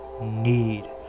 need